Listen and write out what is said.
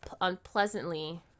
unpleasantly